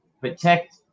Protect